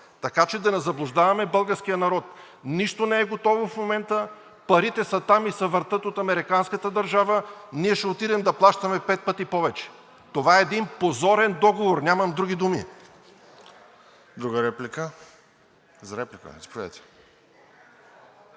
така че да не заблуждаваме българския народ. Нищо не е готово в момента, парите са там и се въртят от американската държава, ние ще отидем да плащаме пет пъти повече. Това е един позорен договор, нямам други думи.